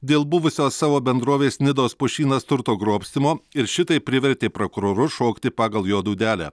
dėl buvusio savo bendrovės nidos pušynas turto grobstymo ir šitaip privertė prakurorus šokti pagal jo dūdelę